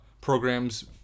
programs